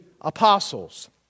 Apostles